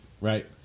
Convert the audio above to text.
right